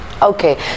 okay